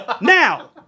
Now